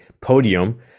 podium